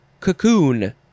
Cocoon